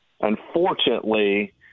Unfortunately